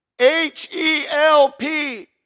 H-E-L-P